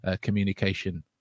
communication